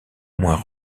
moins